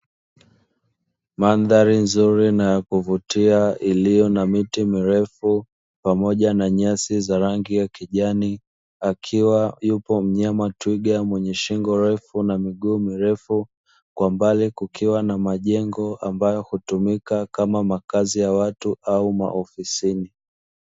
Mandhari nzuri na yakuvutia iliyo na miti mirefu pamoja na nyasi za rangi ya kijani, akiwa yupo mnyama twiga mwenye shingo ndefu na miguu mirefu, kwa mbali kukiwa na majengo ambayo hutumika kama kamazi ya watu au maofisini.